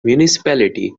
municipality